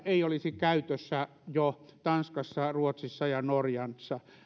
ei olisi käytössä jo jossain tanskassa ruotsissa tai norjassa